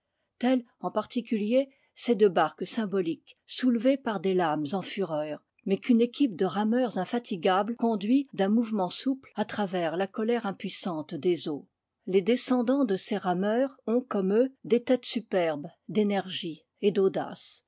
telles en particulier ces deux barques symboliques soulevées par des lames en fureur mais qu'une équipe de rameurs infati gables conduit d'un mouvement souple à travers la colère impuissante des eaux les descendants de ces rameurs ont comme eux des têtes superbes d'énergie et